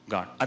God